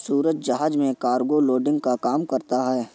सूरज जहाज में cargo loading का काम करता है